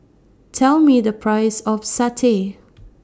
Tell Me The Price of Satay